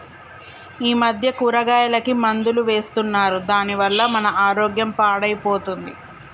ఈ మధ్య కూరగాయలకి మందులు వేస్తున్నారు దాని వల్ల మన ఆరోగ్యం పాడైపోతుంది